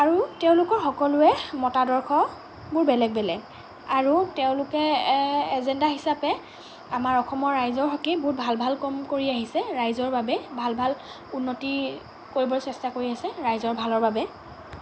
আৰু তেওঁলোকৰ সকলোএ মতাদৰ্শবোৰ বেলেগ বেলেগ আৰু তেওঁলোকে এজেণ্ডা হিচাপে আমাৰ অসমৰ ৰাইজৰ হকে বহুত ভাল ভাল কাম কৰি আহিছে ৰাইজৰ বাবে ভাল ভাল উন্নতি কৰিব চেষ্টা কৰি আহিছে ৰাইজৰ ভালৰ বাবে